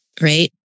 right